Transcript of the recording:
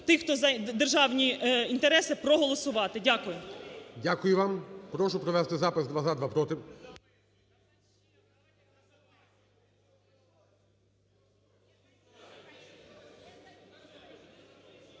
тих, хто за державні інтереси, проголосувати. Дякую. ГОЛОВУЮЧИЙ. Дякую вам. Прошу провести запис: два – за, два – проти.